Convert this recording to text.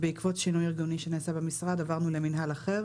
ובעקבות שינוי ארגוני שנעשה במשרד עברנו למינהל אחר